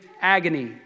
agony